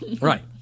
Right